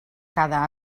cada